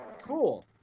cool